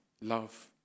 love